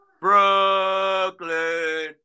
Brooklyn